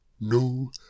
No